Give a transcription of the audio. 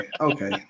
Okay